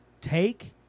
Take